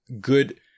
good